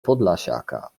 podlasiaka